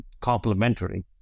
complementary